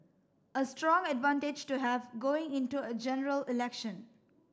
a strong advantage to have going into a General Election